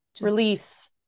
Release